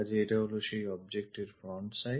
কাজেই এটা হলো সেই objectএর front side